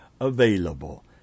available